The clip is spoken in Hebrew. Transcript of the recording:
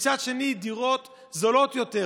ומצד שני דירות זולות יותר,